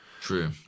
True